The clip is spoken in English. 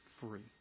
free